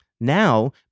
Now